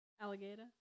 Alligator